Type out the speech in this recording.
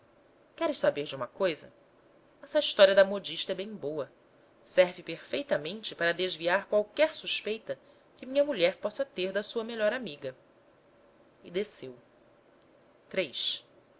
queres saber de uma coisa essa história da modista é bem boa serve perfeitamente para desviar qualquer suspeita que minha mulher possa ter da sua melhor amiga e desceu